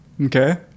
Okay